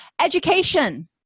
Education